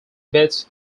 beets